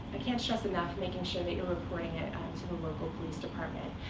i can't stress enough making sure that you're reporting it to the local police department.